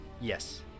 yes